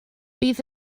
bydd